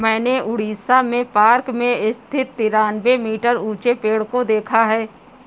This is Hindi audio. मैंने उड़ीसा में पार्क में स्थित तिरानवे मीटर ऊंचे पेड़ को देखा है